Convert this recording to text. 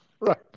right